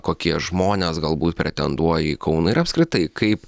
kokie žmonės galbūt pretenduoja į kauną ir apskritai kaip